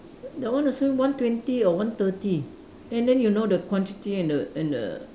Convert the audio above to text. that one also one twenty or one thirty and then you know the quantity and the and the